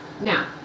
Now